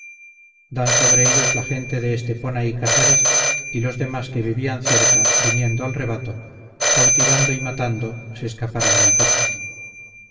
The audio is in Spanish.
dan sobre ellos la gente de estepona y casares y los demás que vivían cerca viniendo al rebato cautivando y matando se escaparon muy pocos